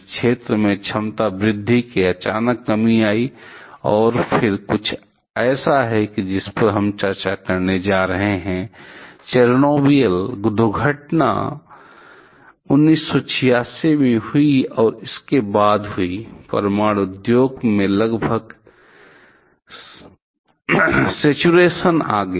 इस क्षेत्र में क्षमता वृद्धि में अचानक कमी आई है और फिर कुछ ऐसा है जिस पर हम चर्चा करने जा रहे हैं चेरनोबिल दुर्घटना 1986 में हुई और उसके बाद हुई परमाणु उद्योग में लगभग सेचुरेशन आ गया